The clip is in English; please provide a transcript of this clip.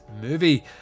movie